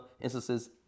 instances